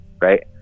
right